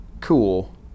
cool